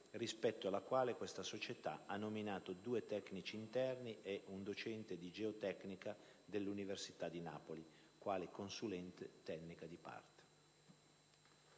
rispetto alla quale questa società ha nominato due tecnici interni ed un docente di geotecnica dell'università di Napoli, quale consulenza tecnica di parte.